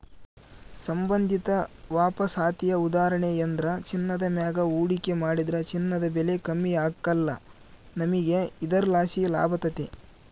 ಸಂಬಂಧಿತ ವಾಪಸಾತಿಯ ಉದಾಹರಣೆಯೆಂದ್ರ ಚಿನ್ನದ ಮ್ಯಾಗ ಹೂಡಿಕೆ ಮಾಡಿದ್ರ ಚಿನ್ನದ ಬೆಲೆ ಕಮ್ಮಿ ಆಗ್ಕಲ್ಲ, ನಮಿಗೆ ಇದರ್ಲಾಸಿ ಲಾಭತತೆ